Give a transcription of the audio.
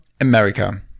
America